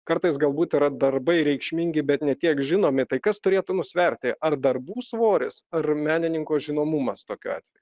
kartais galbūt yra darbai reikšmingi bet ne tiek žinomi tai kas turėtų nusverti ar darbų svoris ar menininko žinomumas tokiu atveju